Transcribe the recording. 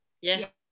yes